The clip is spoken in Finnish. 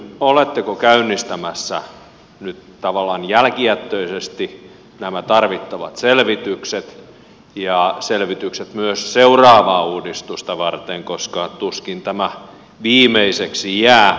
oletteko käynnistämässä nyt tavallaan jälkijättöisesti nämä tarvittavat selvitykset ja selvitykset myös seuraavaa uudistusta varten koska tuskin tämä viimeiseksi jää